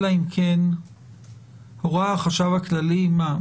אלא אם כן הורה החשב הכללי מה?